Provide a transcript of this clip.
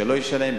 שלא ישלם,